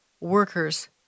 workers